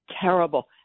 terrible